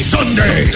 Sunday